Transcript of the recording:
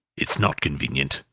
it's not convenient,